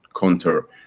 counter